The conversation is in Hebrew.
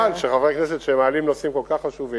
רצוני